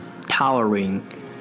towering